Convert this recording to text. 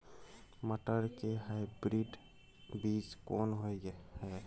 मटर के हाइब्रिड बीज कोन होय है?